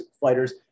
fighters